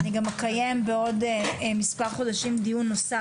אני גם אקיים בעוד מספר חודשים דיון נוסף